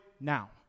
now